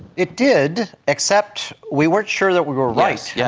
it did, except we weren't sure that we were right. yeah